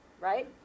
right